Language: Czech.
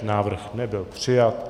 Návrh nebyl přijat.